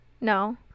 No